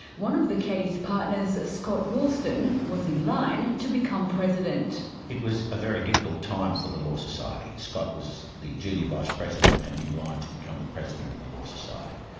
one of the keddies partners, scott roulstone, was in line to become president. it was a very difficult time for the law society. scott was the junior vice-president and in line to become the president of the law society.